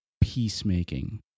peacemaking